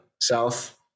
south